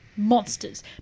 monsters